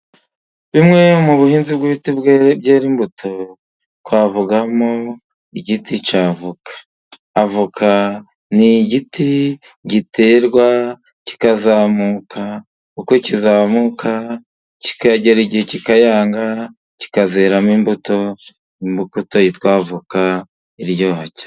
Bimwe mu buhinzi bw'ibiti byera imbuto ,twavugamo igiti cy'avoka .Avoka ni igiti giterwa, kikazamuka ,uko kizamuka kikagera igihe kikayanga ,kikazeramo imbuto, imbuto yitwa avoka iryoha cyane.